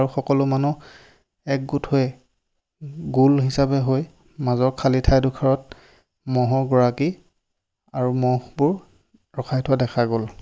আৰু সকলো মানুহ একগোট হৈ গোল হিচাবে হৈ মাজৰ খালি ঠাই ডোখৰত ম'হৰ গৰাকী আৰু ম'হবোৰ ৰখাই থোৱা দেখা গ'ল